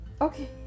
okay